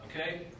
okay